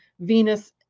Venus